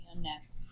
next